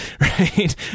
Right